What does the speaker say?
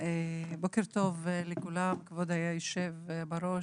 בוקר טוב לכולם, כבוד היושב בראש,